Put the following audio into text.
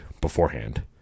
beforehand